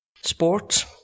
Sports